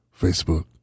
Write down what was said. Facebook